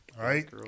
right